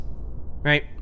right